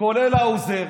כולל האוזר,